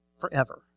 forever